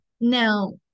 now